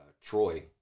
Troy